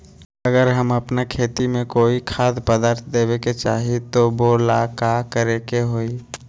अगर हम अपना खेती में कोइ खाद्य पदार्थ देबे के चाही त वो ला का करे के होई?